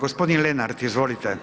Gospodin Lenart izvolite.